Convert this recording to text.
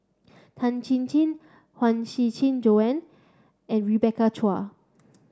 Tan Chin Chin Huang Shiqi Joan and Rebecca Chua